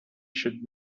should